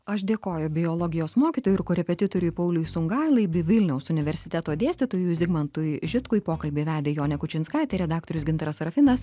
aš dėkoju biologijos mokytojui ir korepetitoriui pauliui sungailai bei vilniaus universiteto dėstytojui zigmantui žitkui pokalbį vedė jonė kučinskaitė redaktorius gintaras sarafinas